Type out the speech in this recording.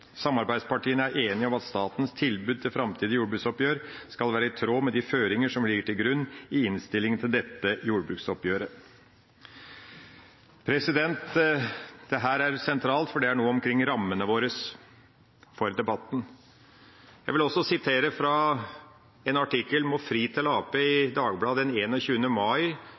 Samarbeidspartiene er enige om at statens tilbud til fremtidige jordbruksoppgjør skal være i tråd med de føringene som ligger til grunn i innstillingen til dette årets jordbruksoppgjør Dette er sentralt, for det er noe som gjelder rammene våre for debatten. Jeg vil også sitere fra artikkelen «Må fri til Ap» i Dagbladet den 21. mai,